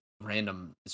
random